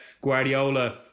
Guardiola